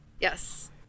Yes